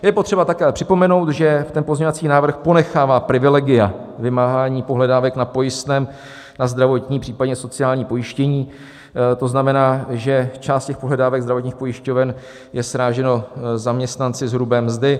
Je potřeba ale také připomenout, že pozměňovací návrh ponechává privilegia vymáhání pohledávek na pojistném na zdravotní, případně sociální pojištění, to znamená, že část pohledávek zdravotních pojišťoven je srážena zaměstnanci z hrubé mzdy.